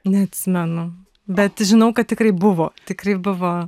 neatsimenu bet žinau kad tikrai buvo tikrai buvo